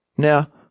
Now